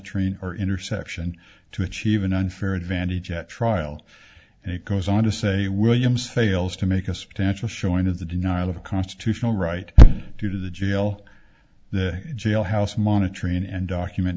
monitoring or interception to achieve an unfair advantage at trial and it goes on to say williams fails to make a substantial showing of the denial of a constitutional right due to the jail the jail house monitoring and document